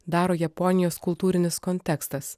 daro japonijos kultūrinis kontekstas